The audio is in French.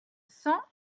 cent